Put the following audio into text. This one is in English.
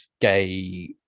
gay